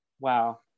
Wow